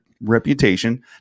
reputation